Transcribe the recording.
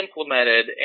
implemented